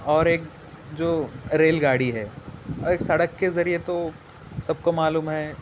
اور ایک جو ریل گاڑی ہے اور ایک سڑک کے ذریعے تو سب کو معلوم ہے